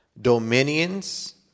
dominions